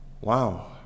Wow